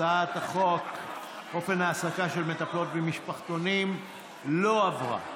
הצעת חוק קביעת אופן ההעסקה של מטפלות במשפחתונים לא עברה.